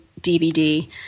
DVD